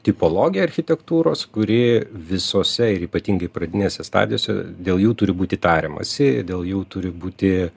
tipologija architektūros kuri visose ir ypatingai pradinėse stadijose dėl jų turi būti tariamasi dėl jų turi būti